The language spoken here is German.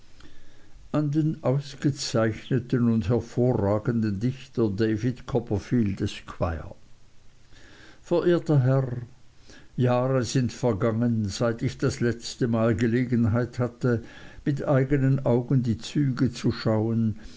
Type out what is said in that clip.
an den ausgezeichneten und hervorragenden dichter david copperfield esquire verehrter herr jahre sind vergangen seit ich das letzte mal gelegenheit hatte mit eignen augen die züge zu schauen